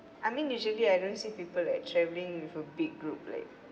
I mean usually I don't see people like travelling with a big group like